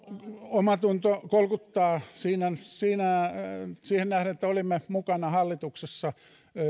omatunto kolkuttaa siihen nähden että olimme mukana hallituksessa